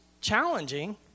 challenging